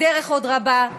הדרך עוד רבה,